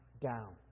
down